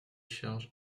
charges